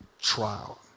trial